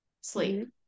sleep